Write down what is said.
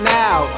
now